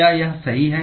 क्या यह सही है